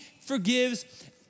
forgives